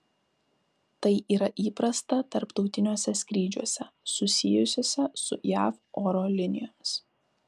tai yra įprasta tarptautiniuose skrydžiuose susijusiuose su jav oro linijomis